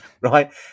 right